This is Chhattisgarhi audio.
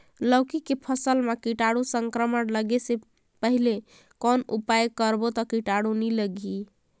लौकी के फसल मां कीटाणु संक्रमण लगे से पहले कौन उपाय करबो ता कीटाणु नी लगही?